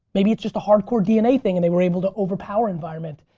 maybe it's just a hardcore dna thing and they were able to overpower environment.